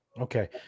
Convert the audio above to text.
Okay